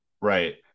right